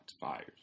fires